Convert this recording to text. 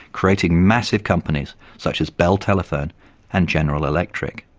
creating massive companies such as bell telephone and general electric.